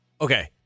okay